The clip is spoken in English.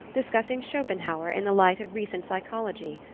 discussing schopenhauer in the light of recent psychology.